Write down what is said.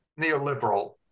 neoliberal